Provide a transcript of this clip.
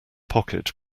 pocket